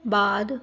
ਬਾਅਦ